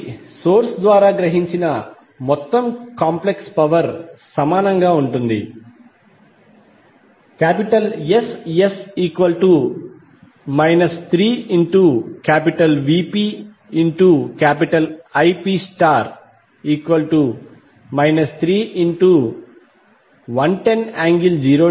కాబట్టి సోర్స్ ద్వారా గ్రహించిన మొత్తం కాంప్లెక్స్ పవర్ సమానంగా ఉంటుంది Ss 3VpIp 3110∠0°6